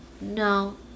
No